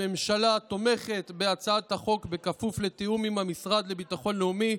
הממשלה תומכת בהצעת החוק בכפוף לתיאום עם המשרד לביטחון לאומי,